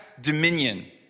dominion